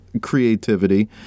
creativity